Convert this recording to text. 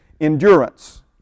Endurance